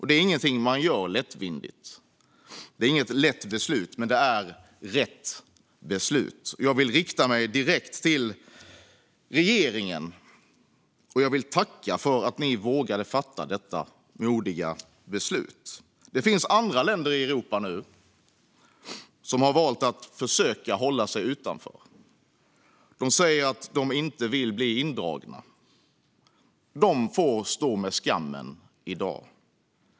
Det är ingenting man gör lättvindigt. Det är inget lätt beslut, men det är rätt beslut. Jag vill rikta mig direkt till regeringen och tacka för att regeringen vågade fatta detta modiga beslut. Det finns andra länder i Europa som har valt att försöka hålla sig utanför. De säger att de inte vill bli indragna. De får stå med skammen i dag.